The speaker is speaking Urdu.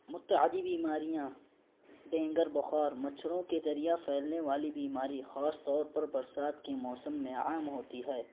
متعدی بیماریاں ڈینگو بخار مچھروں کے ذریعہ پھیلنے والی بیماری خاص طور پر برسات کے موسم میں عام ہوتی ہے